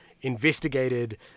investigated